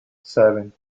seven